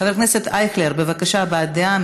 חבר הכנסת אייכלר, בבקשה, הבעת דעה.